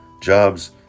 jobs